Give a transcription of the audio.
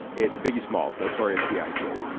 it's biggie smalls, notorious b i g.